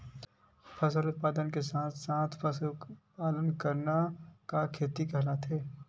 फसल के उत्पादन के साथ साथ पशुपालन करना का खेती कहलाथे?